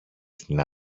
στην